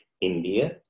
India